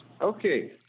Okay